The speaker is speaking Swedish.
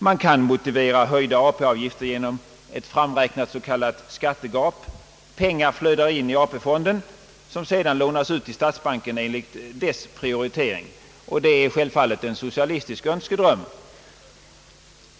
Man kan motivera höjda ATP-avgifter genom ett framräknat s.k. skattegap. Pengar flödar in i AP-fonden, som sedan lånas ut till statsbanken enligt dess prioritering. Detta är självfallet en socialistisk önskedröm.